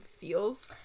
feels